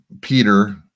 peter